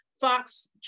fox